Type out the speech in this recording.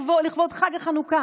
לכבוד חג החנוכה,